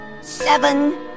seven